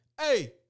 Hey